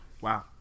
Wow